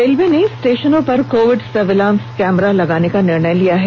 railway ने स्टेशनों पर कोविड सर्विलांस कैमरा लगाने का निर्णय लिया है